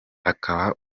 akaba